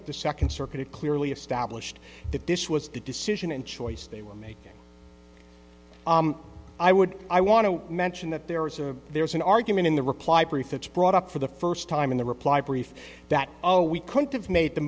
that the second circuit clearly established that this was the decision and choice they were making i would i want to mention that there is a there's an argument in the reply brief it's brought up for the first time in the reply brief that oh we couldn't have made the